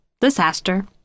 disaster